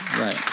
Right